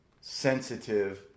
sensitive